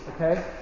okay